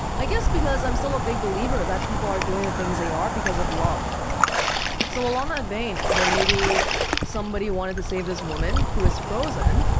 i guess because i'm still a big believer that people are doing the things they are because of love so along that vein, then maybe somebody wanted to save this woman who is frozen